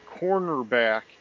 cornerback